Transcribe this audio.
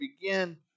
begin